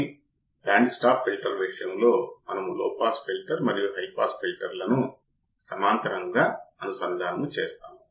అయినప్పటికీ ఆచరణాత్మక op amp విషయంలో అవుట్పుట్ వోల్టేజ్ సున్నా కాదు